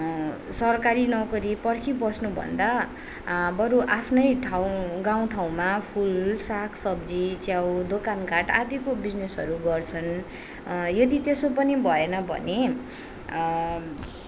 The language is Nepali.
सरकारी नोकरी पर्खीबस्नुभन्दा बरू आफ्नै ठाउँ गाउँठाउँमा फुल सागसब्जी च्याउ दोकानघाट आदिको बिजिनेसहरू गर्छन् यदि त्यसो पनि भएन भने